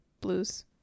blues